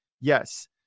yes